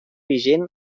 vigent